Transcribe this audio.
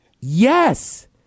Yes